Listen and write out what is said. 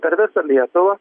per visą lietuvą